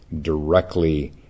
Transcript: directly